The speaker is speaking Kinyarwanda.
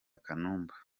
kanumba